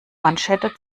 manschette